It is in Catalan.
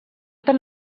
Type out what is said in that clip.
tan